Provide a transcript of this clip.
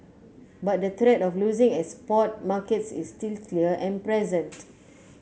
but the threat of losing export markets is still clear and present